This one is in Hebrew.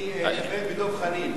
אני, בדב חנין.